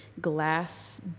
glass